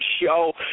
Show